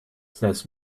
says